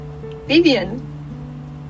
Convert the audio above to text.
vivian